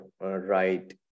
right